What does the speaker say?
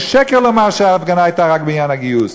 זה שקר לומר שההפגנה הייתה רק בעניין הגיוס.